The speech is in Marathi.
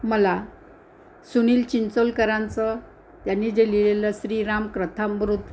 मला सुनील चिंचोलकरांचं त्यांनी जे लिहिलेलं श्रीराम प्रथमबृत